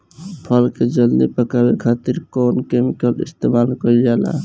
फल के जल्दी पकावे खातिर कौन केमिकल इस्तेमाल कईल जाला?